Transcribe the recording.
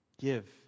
give